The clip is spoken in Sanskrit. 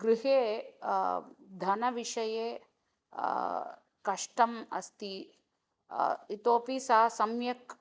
गृहे धनविषये कष्टम् अस्ति इतोऽपि सा सम्यक्